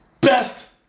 Best